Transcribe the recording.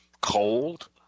cold